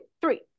three